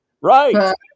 right